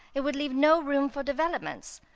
it would leave no room for developments,